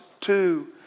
two